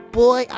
boy